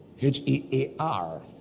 H-E-A-R